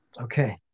Okay